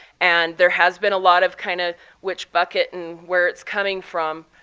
and there has been a lot of kind of which bucket and where it's coming from.